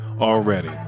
already